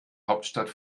hauptstadt